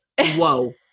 whoa